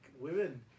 women